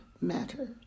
matter